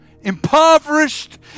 impoverished